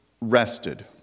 rested